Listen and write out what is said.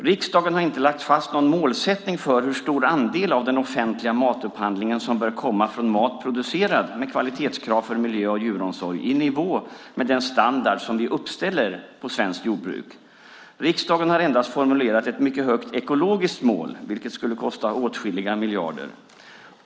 Riksdagen har inte lagt fast någon målsättning för hur stor andel av den offentliga matupphandlingen som bör komma från mat producerad med kvalitetskrav för miljö och djuromsorg i nivå med den standard som vi uppställer för svenskt jordbruk. Riksdagen har endast formulerat ett mycket högt ekologiskt mål, vilket skulle kosta åtskilliga miljarder.